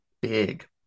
big